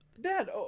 Dad